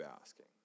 asking